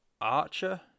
Archer